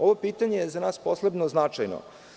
Ovo pitanje je za nas posebno značajno.